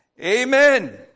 amen